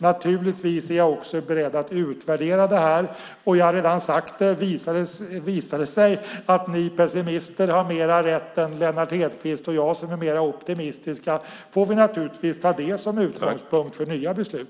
Naturligtvis är jag också beredd att utvärdera detta. Jag har redan sagt att om det visar sig att ni pessimister har mer rätt än Lennart Hedquist och jag, som är mer optimistiska, får vi naturligtvis ta det som utgångspunkt för nya beslut.